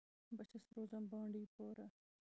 بہٕ چھُس روزان بانڈی پورا